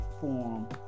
form